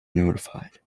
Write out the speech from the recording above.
notified